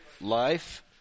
life